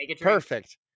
perfect